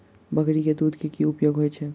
बकरी केँ दुध केँ की उपयोग होइ छै?